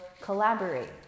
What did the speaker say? collaborate